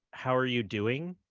how are you doing?